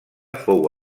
fou